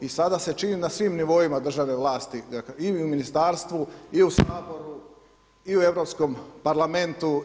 I sada se čini na svim nivoima državne vlasti, dakle i u ministarstvu i u Saboru i u Europskom parlamentu.